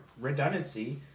redundancy